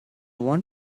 want